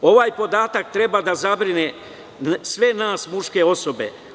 Ovaj podatak treba da zabrine sve nas muške osobe.